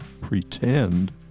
pretend